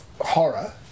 horror